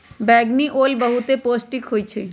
बइगनि ओल बहुते पौष्टिक होइ छइ